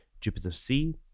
Jupiter-C